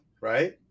right